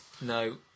No